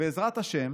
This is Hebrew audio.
בעזרת השם,